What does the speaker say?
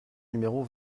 numéro